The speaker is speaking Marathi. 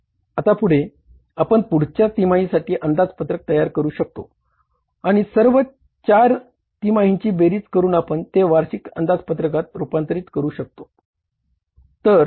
आता पुढे आपण पुढच्या तिमाहीसाठी अंदाजपत्रक तयार करू शकतो आणि सर्व चार तिमाहींची बेरीज करून आपण ते वार्षिक अंदाजपत्रकात रूपांतरित करू शकतो